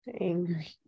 Angry